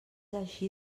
així